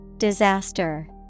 Disaster